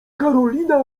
karolina